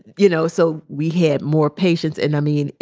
you know, so we had more patients. and i mean,